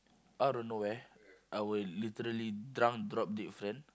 out of nowhere our literally drunk drop dead friend